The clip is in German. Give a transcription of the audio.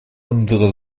unsere